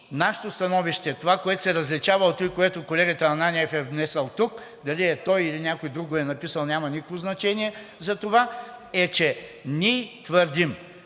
нашето становище, което се различава от това, което колегата Ананиев е внесъл тук, дали е той, или някой друг го е написал няма никакво значение, затова ние твърдим,